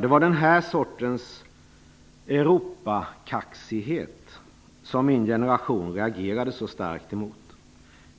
Det var den sortens Europakaxighet som min generation reagerade så starkt emot.